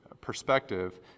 perspective